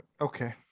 Okay